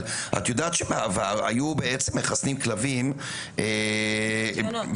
את יודעת שבעבר היו בעצם מחסנים כלבים --- עם פתיונות.